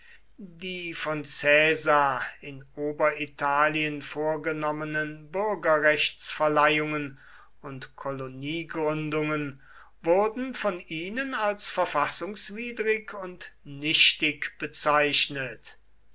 die von caesar in oberitalien vorgenommenen bürgerrechtsverleihungen und koloniegründungen wurden von ihnen als verfassungswidrig und nichtig bezeichnet